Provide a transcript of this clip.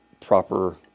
proper